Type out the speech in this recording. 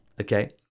Okay